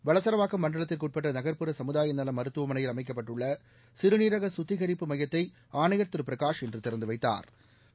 வளசரவாக்கம் மண்டலத்திற்கு உட்பட்ட நக்புற சமுதாய நல மருத்துவமனையில் அமைக்கப்பட்டுள்ள சிறுநீரக கத்திகிப்பு மையத்தை ஆணையா் திரு பிரகாஷ் இன்று திறந்து வைத்தாா்